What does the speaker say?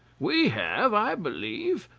we have, i believe,